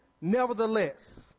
nevertheless